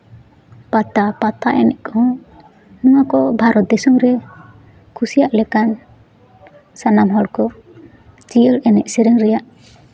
ᱯᱟᱛᱟ ᱯᱟᱛᱟ ᱮᱱᱮᱡ ᱠᱚ ᱱᱚᱣᱟᱠᱚ ᱵᱷᱟᱨᱚᱛ ᱫᱤᱥᱚᱢ ᱨᱮ ᱠᱩᱥᱤᱭᱟᱜ ᱞᱮᱠᱟᱱ ᱥᱟᱱᱟᱢ ᱦᱚᱲ ᱠᱚ ᱡᱤᱭᱟᱹᱲ ᱮᱱᱮᱡ ᱥᱮᱨᱮᱧ ᱨᱮᱭᱟᱜ